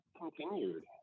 continued